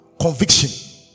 Conviction